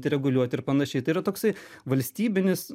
reguliuot ir panašiai tai yra toksai valstybinis